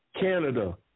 Canada